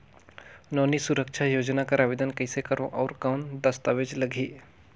नोनी सुरक्षा योजना कर आवेदन कइसे करो? और कौन दस्तावेज लगही?